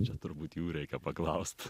čia turbūt jų reikia paklaust